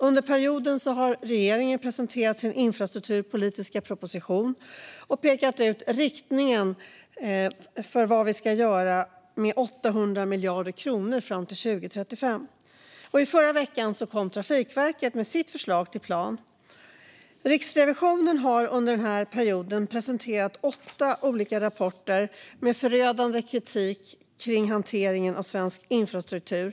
Under denna period har regeringen presenterat sin infrastrukturpolitiska proposition och pekat ut riktningen för vad vi ska göra med 800 miljarder kronor fram till 2035. I förra veckan kom Trafikverket med sitt förslag till plan. Riksrevisionen har under den här perioden presenterat åtta olika rapporter med förödande kritik av hanteringen av svensk infrastruktur.